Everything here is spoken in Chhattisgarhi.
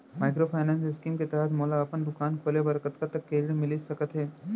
माइक्रोफाइनेंस स्कीम के तहत मोला अपन दुकान खोले बर कतना तक के ऋण मिलिस सकत हे?